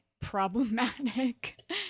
problematic